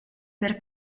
per